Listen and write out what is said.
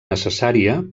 necessària